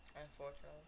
Unfortunately